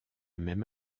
même